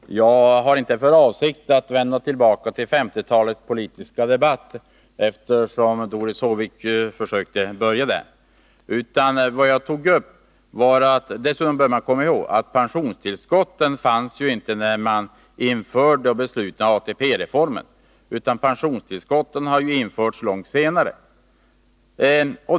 Herr talman! Jag har inte för avsikt att, som Doris Håvik försökte göra, vända tillbaka till 1950-talets politiska debatt, men jag vill säga att man bör komma ihåg att rätten till pensionstillskott inte fanns när man införde ATP-reformen, utan den infördes långt senare.